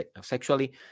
sexually